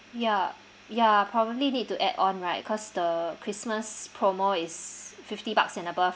ya ya probably need to add on right because the christmas promo is fifty bucks and above